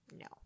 No